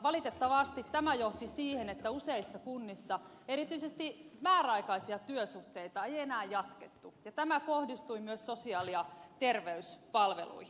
valitettavasti tämä johti siihen että useissa kunnissa erityisesti määräaikaisia työsuhteita ei enää jatkettu ja tämä kohdistui myös sosiaali ja terveyspalveluihin